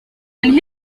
and